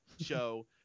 show